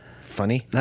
funny